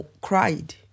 cried